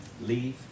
leave